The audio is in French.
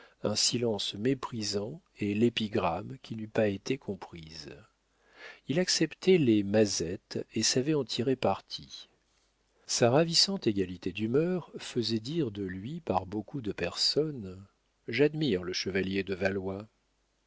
un silence méprisant et l'épigramme qui n'eût pas été comprise il acceptait les mazettes et savait en tirer parti sa ravissante égalité d'humeur faisait dire de lui par beaucoup de personnes j'admire le chevalier de valois